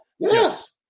Yes